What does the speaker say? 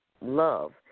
love